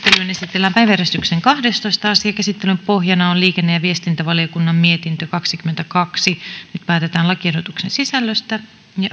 esitellään päiväjärjestyksen kahdestoista asia käsittelyn pohjana on liikenne ja viestintävaliokunnan mietintö kaksikymmentäkaksi nyt päätetään lakiehdotuksen sisällöstä